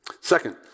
Second